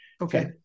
Okay